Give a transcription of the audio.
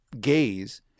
gaze